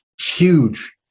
huge